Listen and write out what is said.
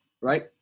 right